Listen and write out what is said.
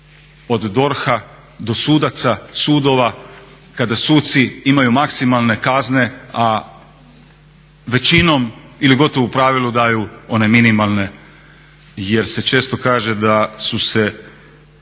od DORH-a do sudaca, sudova, kada suci imaju maksimalne kazne, a većinom ili gotovo u pravilu daju one minimalne jer se često kaže da su se